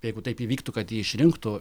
jeigu taip įvyktų kad jį išrinktų